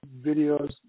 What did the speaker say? videos